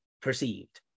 perceived